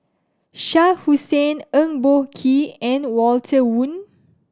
Shah Hussain Eng Boh Kee and Walter Woon